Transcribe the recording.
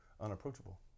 unapproachable